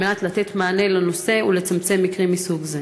לתת מענה לנושא ולצמצם מקרים מסוג זה?